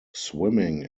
swimming